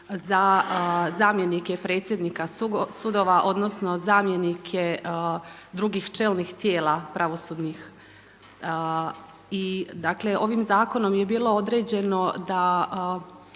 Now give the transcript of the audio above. za zamjenike predsjednika sudova odnosno drugih čelnih tijela pravosudnih. I dakle ovim zakonom je bilo određeno da